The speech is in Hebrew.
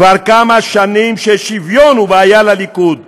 כבר כמה שנים שוויון הוא בעיה לליכוד,